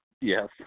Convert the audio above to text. Yes